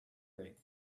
rate